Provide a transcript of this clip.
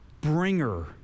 bringer